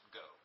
go